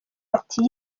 bati